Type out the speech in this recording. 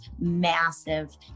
massive